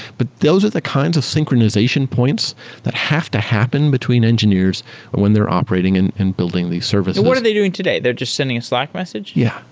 but those are the kinds of synchronization points that have to happen between engineers when they're operating and and building these services what are they doing today? they're just sending a slack message? yeah,